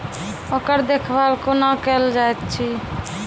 ओकर देखभाल कुना केल जायत अछि?